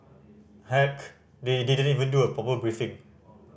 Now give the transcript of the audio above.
heck they didn't even do a proper briefing